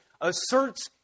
asserts